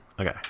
Okay